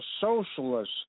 socialist